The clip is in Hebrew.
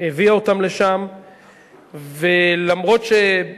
ואף שהיו